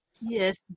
Yes